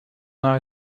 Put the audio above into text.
now